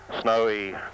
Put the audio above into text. snowy